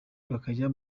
bakajya